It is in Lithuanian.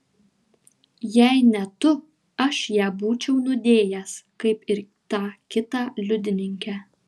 jei ne tu aš ją būčiau nudėjęs kaip ir tą kitą liudininkę